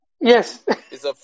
Yes